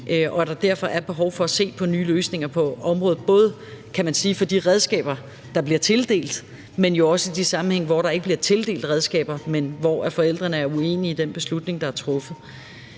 derfor er behov for at se på nye løsninger på området. Det er både med hensyn til de redskaber, der bliver tildelt, men også i de sammenhænge, hvor der ikke bliver tildelt redskaber, men hvor forældrene er uenige i den beslutning, der er truffet.